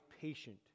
patient